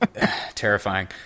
terrifying